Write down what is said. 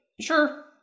sure